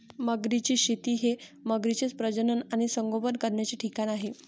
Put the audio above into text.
मगरींची शेती हे मगरींचे प्रजनन आणि संगोपन करण्याचे ठिकाण आहे